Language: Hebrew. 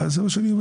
זה מה שאני אומר.